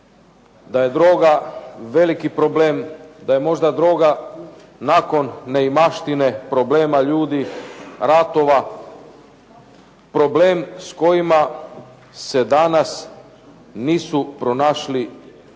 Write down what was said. da je droga veliki problem, da je možda droga nakon neimaštine, problema ljudi, ratova problem s kojim se danas nisu pronašli